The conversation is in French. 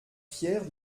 fiers